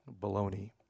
Baloney